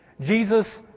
Jesus